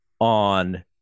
on